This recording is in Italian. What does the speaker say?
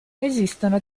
esistono